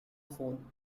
phone